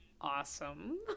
awesome